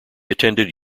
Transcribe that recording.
attended